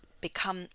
become